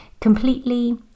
completely